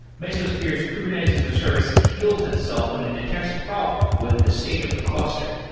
mesosphere's kubernetes-as-a-service heals itself when it detects a problem with the state of the cluster.